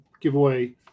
giveaway